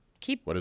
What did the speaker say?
Keep